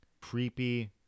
creepy